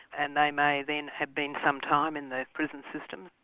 and they may then have been some time in the prison system.